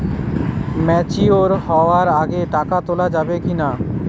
Mature হওয়ার আগে টাকা তোলা যাবে কিনা?